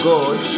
God